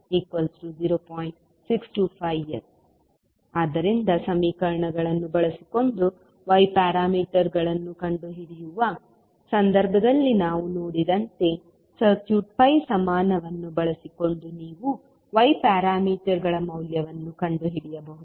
625S ಆದ್ದರಿಂದ ಸಮೀಕರಣಗಳನ್ನು ಬಳಸಿಕೊಂಡು y ಪ್ಯಾರಾಮೀಟರ್ಗಳನ್ನು ಕಂಡುಹಿಡಿಯುವ ಸಂದರ್ಭದಲ್ಲಿ ನಾವು ನೋಡಿದಂತೆ ಸರ್ಕ್ಯೂಟ್ pi ಸಮಾನವನ್ನು ಬಳಸಿಕೊಂಡು ನೀವು y ಪ್ಯಾರಾಮೀಟರ್ಗಳ ಮೌಲ್ಯವನ್ನು ಕಂಡುಹಿಡಿಯಬಹುದು